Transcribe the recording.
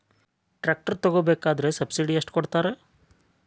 Tractor ತಗೋಬೇಕಾದ್ರೆ subsidy ಎಷ್ಟು ಕೊಡ್ತಾರ?